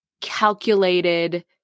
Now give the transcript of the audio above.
calculated